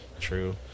True